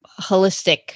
holistic